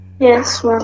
yes